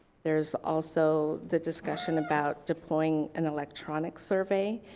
there's also the discussion about deploying an electronics survey,